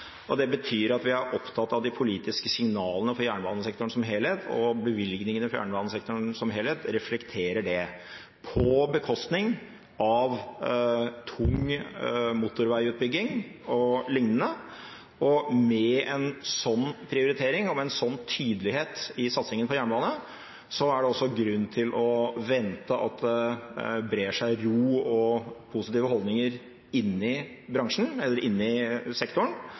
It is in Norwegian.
Fastlands-Norge. Det betyr at vi er opptatt av de politiske signalene for jernbanesektoren som helhet, og at bevilgningene til jernbanesektoren som helhet reflekterer det – på bekostning av tung motorveiutbygging o.l. Og med en slik prioritering og en slik tydelighet i satsingen på jernbane er det også grunn til å vente at det brer seg ro og positive holdninger inne i sektoren